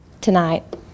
tonight